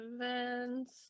events